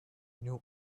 knew